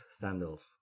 sandals